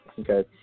Okay